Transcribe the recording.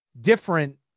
different